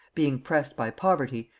being pressed by poverty,